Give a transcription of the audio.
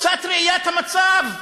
קצת ראיית המצב נכוחה.